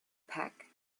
pack